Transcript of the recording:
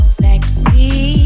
sexy